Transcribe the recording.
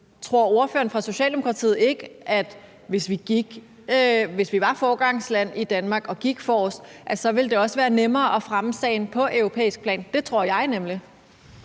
tror ordføreren fra Socialdemokratiet ikke, at hvis vi var foregangsland i Danmark og gik forrest, ville det også være nemmere at fremme sagen på europæisk plan? Det tror jeg nemlig.